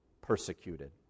persecuted